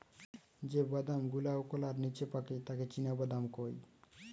যে বাদাম গুলাওকলার নিচে পাকে তাকে চীনাবাদাম কয়